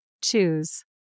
Choose